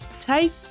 take